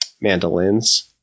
mandolins